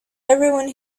everyone